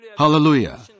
Hallelujah